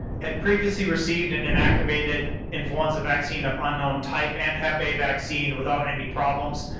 had previously received an inactivated influenza vaccine of unknown type and hepa vaccine without any problems.